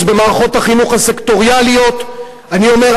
ההצבעה הסתיימה, נא לספור את הקולות.